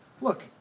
look